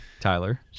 Tyler